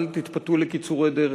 אל תתפתו לקיצורי דרך.